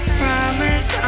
promise